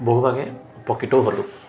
বহুভাগে উপকৃতও হ'লোঁ